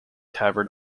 tavern